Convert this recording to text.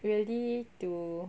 really to